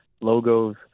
logos